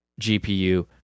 GPU